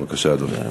בבקשה, אדוני.